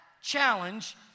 challenge